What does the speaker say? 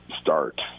start